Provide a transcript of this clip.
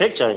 ठीक छै